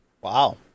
wow